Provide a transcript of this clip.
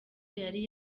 yari